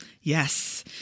Yes